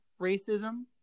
racism